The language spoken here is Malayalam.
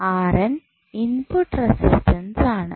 ഇൻപുട്ട് റെസിസ്റ്റൻസ് ആണ്